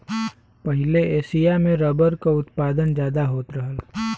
पहिले एसिया में रबर क उत्पादन जादा होत रहल